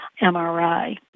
MRI